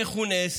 איך הוא נעשה,